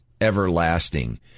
everlasting